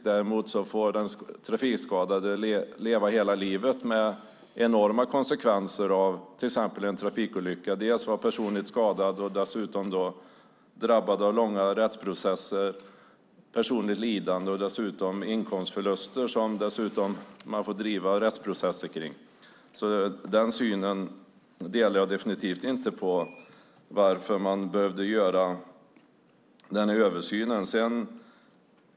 Den trafikskadade får däremot leva hela livet med enorma konsekvenser av till exempel en trafikolycka - man är skadad och drabbas av långa rättsprocesser, personligt lidande och inkomstförluster som man dessutom får driva rättsprocesser kring. Jag delar alltså definitivt inte synen på varför översynen behövde göras.